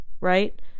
right